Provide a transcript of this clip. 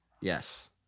Yes